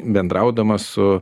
bendraudamas su